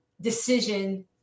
decision